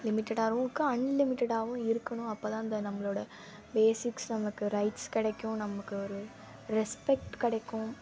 லிமிட்டட்டாகவும் இருக்கும் அன்லிமிட்டட்டாகவும் இருக்கணும் அப்போ தான் அந்த நம்பளோட பேஸிக்ஸ் நமக்கு ரைட்ஸ் கிடைக்கும் நமக்கு ஒரு ரெஸ்பெக்ட் கிடைக்கும்